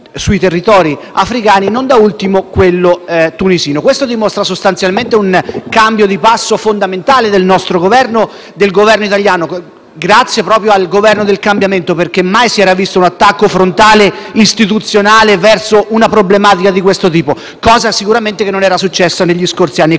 sui territori africani, non da ultimo quello tunisino. Questo dimostra sostanzialmente un cambio di passo fondamentale del Governo italiano, grazie proprio al Governo del cambiamento, perché mai si era visto un attacco frontale istituzionale verso una problematica di questo tipo; cosa sicuramente che non era accaduta negli scorsi anni.